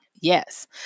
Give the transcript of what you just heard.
yes